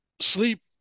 sleep